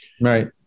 Right